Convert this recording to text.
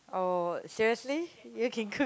oh seriously you can cook